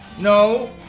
No